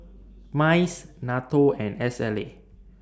Mice NATO and S L A